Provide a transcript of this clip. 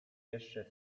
jeszcze